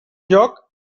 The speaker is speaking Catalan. lloc